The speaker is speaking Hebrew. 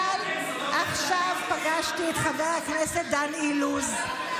אבל עכשיו פגשתי את חבר הכנסת דן אילוז,